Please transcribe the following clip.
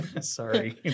Sorry